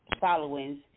followings